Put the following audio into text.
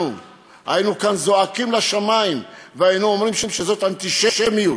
אנחנו כאן היינו זועקים לשמים והיינו אומרים שזאת אנטישמיות.